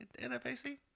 NFAC